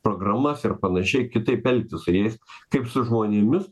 programas ir panašiai kitaip elgtis su jais kaip su žmonėmis